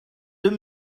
deux